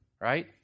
right